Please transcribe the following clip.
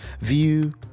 view